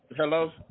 Hello